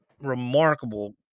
remarkable